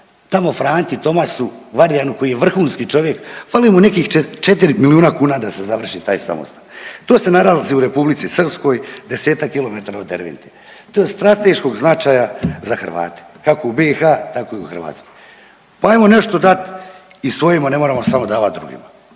se ne razumije./... koji je vrhunski čovjek, fali mu nekih 4 milijuna kuna da se završi taj samostan. To se nalazi u R. Srpskoj, 10-ak km od Dervente, to je od strateškog značaja za Hrvate, kako u BiH, tako i u Hrvatskoj. Pa evo, nešto dati i svojima, ne moramo samo davat drugima.